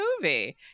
movie